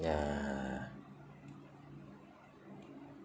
ya